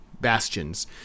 bastions